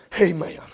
Amen